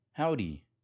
Howdy